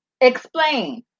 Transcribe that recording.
explain